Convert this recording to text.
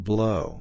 Blow